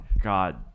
God